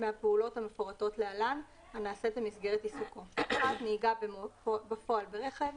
מהפעולות המפורטות להלן הנעשית במסגרת עיסוקו: (1) נהיגה בפועל ברכב,